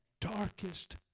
darkest